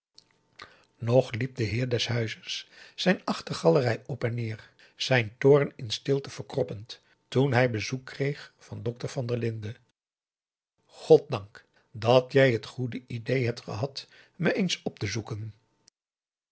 nog liep de heer des huizes zijn achtergalerij op en neer zijn toorn in stilte verkroppend toen hij bezoek kreeg van dokter van der linden goddank dat jij het goede idéé hebt gehad me eens op te zoeken